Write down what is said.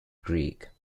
creek